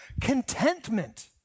Contentment